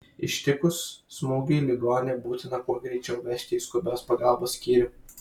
ištikus smūgiui ligonį būtina kuo greičiau vežti į skubios pagalbos skyrių